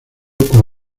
con